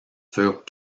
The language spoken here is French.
furent